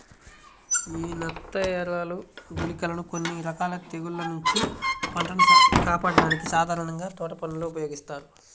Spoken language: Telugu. యీ నత్తఎరలు, గుళికలని కొన్ని రకాల తెగుల్ల నుంచి పంటను కాపాడ్డానికి సాధారణంగా తోటపనుల్లో ఉపయోగిత్తారు